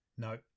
No